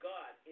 God